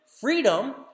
freedom